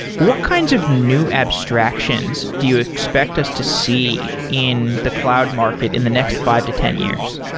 what kinds of new abstractions do you expect us to see in the cloud market in the next five to ten years?